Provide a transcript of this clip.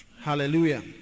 Hallelujah